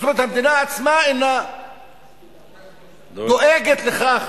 זאת אומרת, המדינה עצמה אינה דואגת לכך